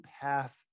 path